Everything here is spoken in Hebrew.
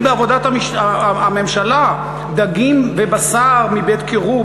בעבודת הממשלה: דגים ובשר מבית-קירור,